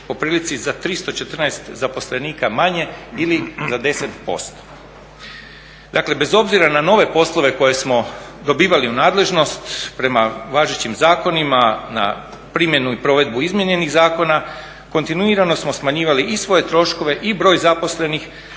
po prilici za 314 zaposlenika manje ili za 10%. Dakle, bez obzira na nove poslove koje smo dobivali u nadležnost prema važećim zakonima na primjenu i provedbu izmijenjenih zakona kontinuirano smo smanjivali i svoje troškove i broj zaposlenih,